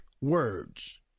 words